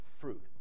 fruit